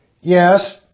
Yes